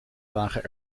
lagen